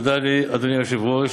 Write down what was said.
תודה, אדוני היושב-ראש.